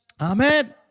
Amen